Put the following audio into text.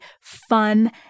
fun